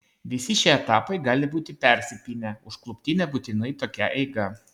visi šie etapai gali būti persipynę užklupti nebūtinai tokia eiga